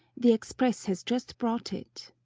the express has just brought it.